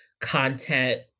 content